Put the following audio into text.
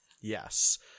Yes